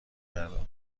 کردم